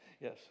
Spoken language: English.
yes